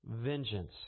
vengeance